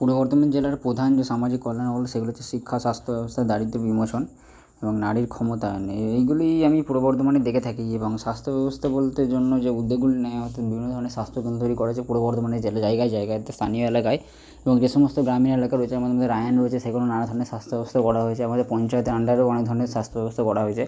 পূর্ব বর্ধমান জেলার প্রধান যে সামাজিক কল্যাণও সেগুলো হচ্ছে শিক্ষা স্বাস্থ্য ব্যবস্থা দারিদ্র উন্মোচন এবং নারীর ক্ষমতায়ন এইগুলি আমি পূর্ব বর্ধমানে দেখে থাকি এবং স্বাস্থ্য ব্যবস্থা বলতে জন্য যে উদ্যোগগুলো নেওয়া হতো বিভিন্ন ধরনের স্বাস্থ্য কেন্দ্র তৈরি করা হয়েছে পূর্ব বর্ধমানের জায়গায় জায়গায় স্থানীয় এলাকায় যে সমস্ত গ্রামীণ এলাকা রয়েছে তার মধ্যে রায়ান রয়েছে সেগুলো নানা ধরনের স্বাস্থ্য ব্যবস্থা করা হয়েছে এর মধ্যে পঞ্চায়েতের আন্ডারে অনেক ধরনের স্বাস্থ্য ব্যবস্থা করা হয়েছে